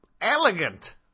elegant